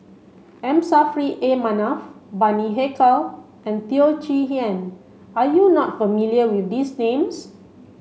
M Saffri A Manaf Bani Haykal and Teo Chee Hean are you not familiar with these names